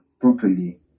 properly